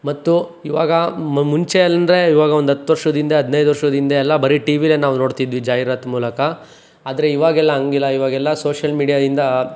ಮತ್ತು ಇವಾಗ ಮುಂಚೆ ಅಂದರೆ ಇವಾಗ ಒಂದು ಹತ್ತು ವರ್ಷದ ಹಿಂದೆ ಹದಿನೈದು ವರ್ಷದ ಹಿಂದೆ ಎಲ್ಲ ಬರಿ ಟಿ ವಿಲೇ ನಾವು ನೋಡ್ತಿದ್ವಿ ಜಾಹೀರಾತು ಮೂಲಕ ಆದರೆ ಇವಾಗೆಲ್ಲ ಹಂಗಿಲ್ಲ ಇವಾಗೆಲ್ಲ ಸೋಷ್ಯಲ್ ಮೀಡ್ಯಾದಿಂದ